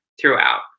throughout